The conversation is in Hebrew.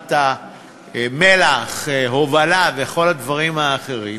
קצירת המלח, הובלה וכל הדברים האחרים,